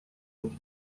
گفت